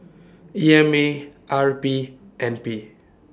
E M A R P N P